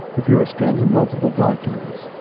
if you are scanning multiple documents,